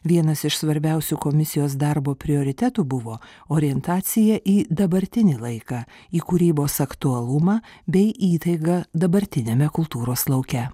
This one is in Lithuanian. vienas iš svarbiausių komisijos darbo prioritetų buvo orientacija į dabartinį laiką į kūrybos aktualumą bei įtaigą dabartiniame kultūros lauke